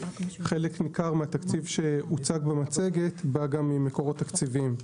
חלק ניכר מהתקציב שהוצג במצגת בא גם ממקורות תקציביים,